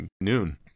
noon